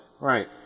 Right